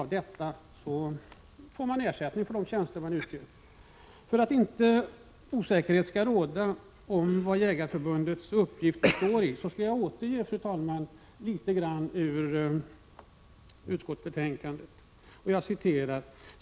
Förbundet får alltså ersättning för de tjänster det utför. För att det inte skall råda osäkerhet om vad Jägareförbundets uppgift består i skall jag, fru talman, återge några rader ur utskottsbetänkandet.